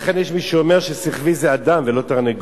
לכן, יש מי שאומר ששכווי זה אדם, ולא תרנגול.